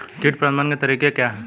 कीट प्रबंधन के तरीके क्या हैं?